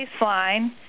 baseline